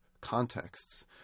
contexts